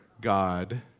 God